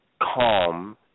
calm